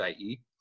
IE